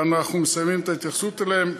ואנחנו מסיימים את ההתייחסות אליהן.